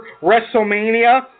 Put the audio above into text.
WrestleMania